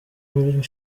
muri